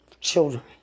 Children